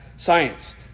science